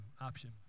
option